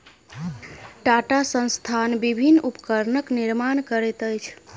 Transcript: टाटा संस्थान विभिन्न उपकरणक निर्माण करैत अछि